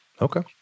Okay